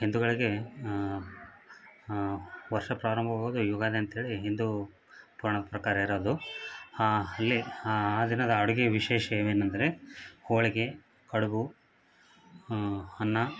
ಹಿಂದೂಗಳಿಗೆ ವರ್ಷ ಪ್ರಾರಂಭವಾಗೋದು ಯುಗಾದಿ ಅಂತೇಳಿ ಹಿಂದೂ ಪುರಾಣ ಪ್ರಕಾರ ಇರೋದು ಇಲ್ಲಿ ಆ ದಿನದ ಅಡುಗೆ ವಿಶೇಷ ಏನಂದರೆ ಹೋಳಿಗೆ ಕಡುಬು ಅನ್ನ